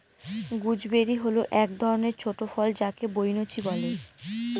gooseberry হল এক ধরনের ছোট ফল যাকে বৈনচি বলে